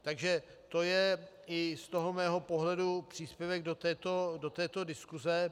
Takže to je i z toho mého pohledu příspěvek do této diskuse.